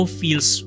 feels